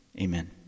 Amen